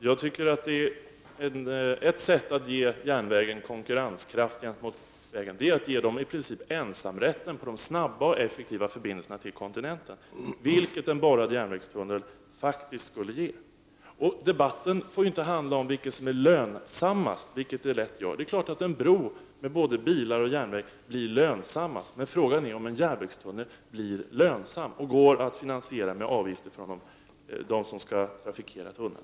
Herr talman! Ett sätt att ge järnvägen konkurrenskraft gentemot vägen är att ge den i princip ensamrätt på de snabba och effektiva förbindelserna till kontinenten, vilket en borrad järnvägstunnel faktiskt skulle innebära. Debatten får inte handla om vilket som är lönsammast — så som det lätt blir. Det är klart att en bro med både bilväg och järnväg blir lönsammast. Men frågan är: Blir en järnvägstunnel verkligen lönsam och går den att finansiera med avgifter från dem som skall trafikera denna tunnel?